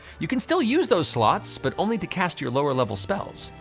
you can still use those slots, but only to cast your lower level spells,